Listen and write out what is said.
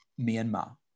Myanmar